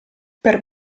per